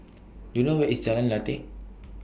Do YOU know Where IS Jalan Lateh